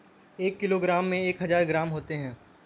एक किलोग्राम में एक हजार ग्राम होते हैं